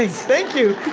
ah thank you.